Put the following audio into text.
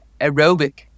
aerobic